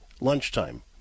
lunchtime